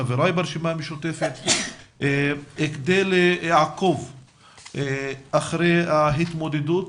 חבריי ברשימה המשותפת, כדי לעקוב אחר ההתמודדות